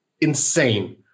insane